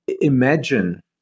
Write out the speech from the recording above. Imagine